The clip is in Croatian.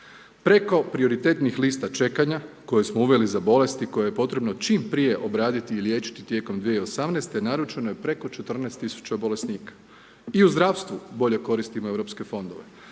Preko prioritetnih lista čekanja koje smo unijeli za bolesti koje je potrebno čim prije obraditi i liječiti tijekom 2018. naručeno je preko 14 tisuća bolesnika. I u zdravstvu bolje koristimo europske fondove.